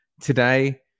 Today